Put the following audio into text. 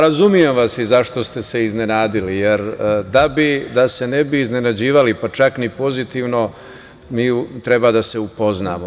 Razumem vas i zašto ste se iznenadili, jer da se ne bi iznenađivali, pa čak ni pozitivno, mi treba da se upoznamo.